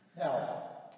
Now